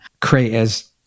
creators